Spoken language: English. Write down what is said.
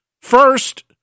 First